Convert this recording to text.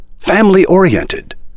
family-oriented